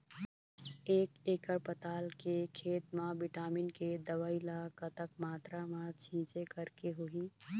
एक एकड़ पताल के खेत मा विटामिन के दवई ला कतक मात्रा मा छीचें करके होही?